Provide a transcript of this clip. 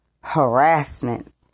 harassment